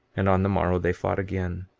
and on the morrow they fought again,